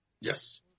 Yes